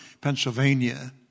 Pennsylvania